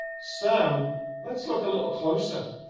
so let's look a little closer.